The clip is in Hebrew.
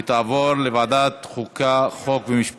על כך שכמה שנים אחרי חקיקתו של חוק העונשין (תיקון מס'